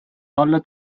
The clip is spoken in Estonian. talle